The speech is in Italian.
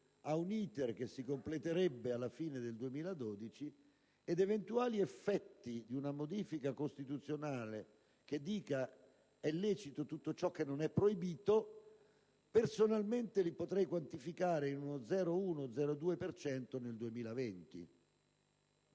tutti - che si completerebbe alla fine del 2012; ed eventuali effetti di una modifica costituzionale che preveda che è lecito tutto ciò che non è proibito personalmente li potrei quantificare in uno 0,1-0,2 per cento